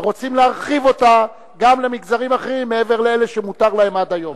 ורוצים להרחיב אותה גם למגזרים אחרים מעבר לאלה שמותר להם עד היום.